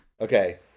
Okay